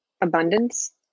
abundance